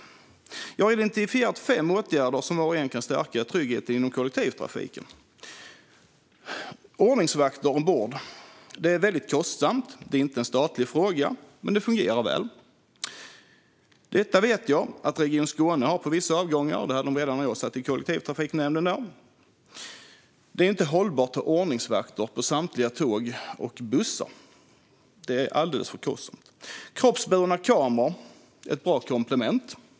Jag har identifierat fem åtgärder som var och en kan stärka tryggheten inom kollektivtrafiken. Ordningsvakter ombord är kostsamt och är inte en statlig fråga. Men det fungerar väl. Jag vet att Region Skåne har det på vissa avgångar. Det hade de redan när jag satt i kollektivtrafiknämnden där. Det är dock inte hållbart att ha ordningsvakter på samtliga tåg och bussar. Det är alldeles för kostsamt. Kroppsburna kameror är absolut ett bra komplement.